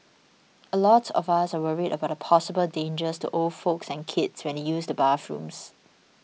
a lot of us are worried about the possible dangers to old folks and kids when they use the bathrooms